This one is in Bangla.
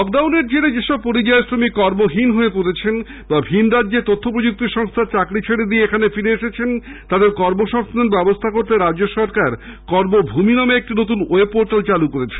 লক ডাউনের জেরে যেসব পরিযায়ী শ্রমিক কর্মহীন হয়ে পড়েছেন বা ভিন রাজ্যে তথ্যপ্রযুক্তি সংস্থার চাকরি ছেড়ে দিয়ে এখানে ফিরে এসেছেন তাদের কর্মসংস্থানের ব্যবস্থা করতে রাজ্য সরকার কর্মভূমি নামে একটি নতুন ওয়েব পোর্টাল চালু করেছে